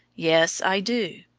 yes, i do.